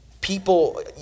people